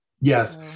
Yes